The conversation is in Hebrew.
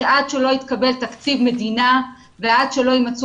שעד שלא יתקבל תקציב מדינה ועד שלא יימצאו